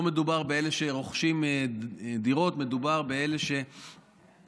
לא מדובר באלה שרוכשים דירות, מדובר באלה ששוכרים,